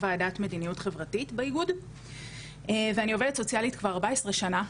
וועדת מדיניות חברתית באיגוד ואני עובדת סוציאלית כבר 14 שנה.